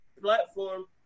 platform